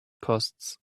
costs